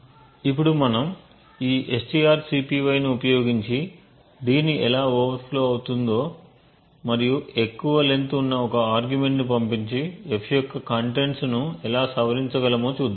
ఇప్పుడు మనం ఈ strcpy ని ఉపయోగించి d ఎలా ఓవర్ ఫ్లో అవుతుందో మరియు ఎక్కువ లెంగ్త్ ఉన్న ఒక ఆర్గ్యుమెంట్ ను పంపించి f యొక్క కంటెంట్స్ ను ఎలా సవరించగలమో చూద్దాం